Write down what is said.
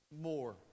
more